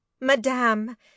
madame